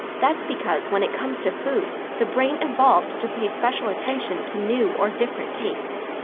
that's because when it comes to food, the brain evolved to pay special attention to new or different tastes.